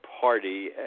Party